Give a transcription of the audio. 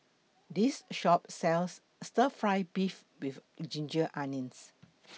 This Shop sells Stir Fried Beef with Ginger Onions